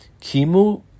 kimu